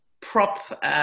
prop